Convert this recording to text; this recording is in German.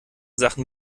sachen